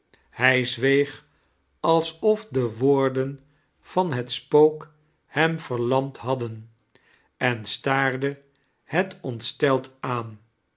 hij zweeg alsof de woordem van het spook hem verlamd hadden en staaarde het omtsteld aan